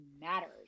matters